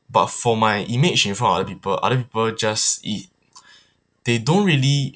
but for my image in front of other people other people just in they don't really